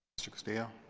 mr castillo